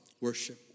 worship